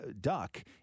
duck